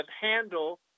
handle